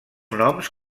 noms